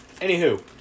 Anywho